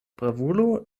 bravulo